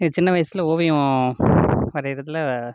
என் சின்ன வயசில் ஓவியம் வரையிரதில்